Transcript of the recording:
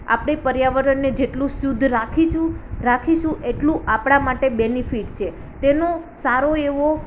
આપણે પર્યાવરણને જેટલું શુદ્ધ રાખીશું રાખીશું એટલું આપણા માટે બેનિફિટ છે તેનો સારો એવો